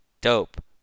dope